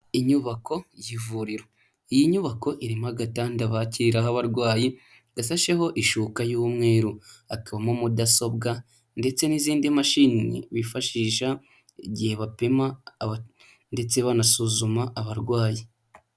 Inyubako y'ivuriro, iyi nyubako irimo agatanda bakiriraho abarwayi gasasheho ishuka y'umweru, hakabamo mudasobwa ndetse n'izindi mashini bifashisha igihe bapima ndetse banasuzuma abarwayi.